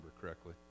correctly